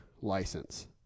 license